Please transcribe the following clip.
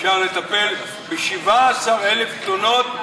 אפשר לטפל ב-17,000 תלונות?